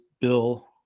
bill